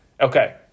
okay